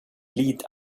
lied